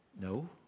No